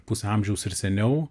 pusę amžiaus ir seniau